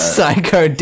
Psycho